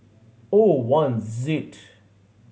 O one ZEAD